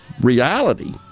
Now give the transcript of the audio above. reality